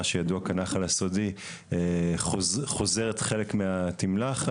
מה שידוע כנחל הסודי חוזרת חלק מהתמלחת,